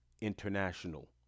International